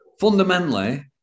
Fundamentally